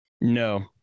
No